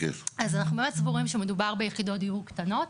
אז אנחנו באמת סבורים שמדובר על יחידות דיור קטנות,